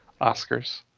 Oscars